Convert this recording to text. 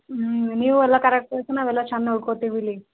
ಹ್ಞೂ ನೀವು ಎಲ್ಲ ಕರೆಕ್ಟ್ ಇತ್ತು ನಾವೆಲ್ಲ ಚಂದ ನೋಡ್ಕೋತೀವಿ ಇಲ್ಲಿ